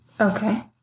Okay